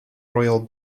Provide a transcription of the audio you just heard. royal